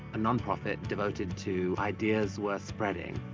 a nonprofit devoted to ideas worth spreading.